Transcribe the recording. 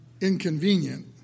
inconvenient